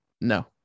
No